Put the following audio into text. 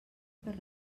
per